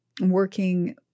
working